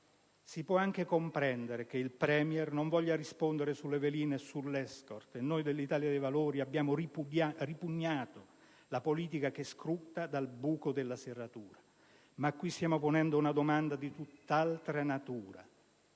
Si può anche comprendere che il *Premier* non voglia rispondere sulle veline e sulle *escort*, e noi dell'Italia dei Valori abbiamo ripugnato la politica che scruta dal buco della serratura, ma qui stiamo ponendo una domanda di tutt'altra natura: